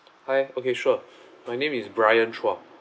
hi okay sure my name is bryan chua